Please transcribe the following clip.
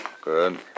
Good